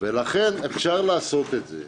ולכן אפשר לעשות את זה,